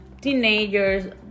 teenagers